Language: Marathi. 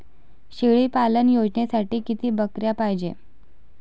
शेळी पालन योजनेसाठी किती बकऱ्या पायजे?